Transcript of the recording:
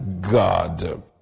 God